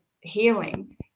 healing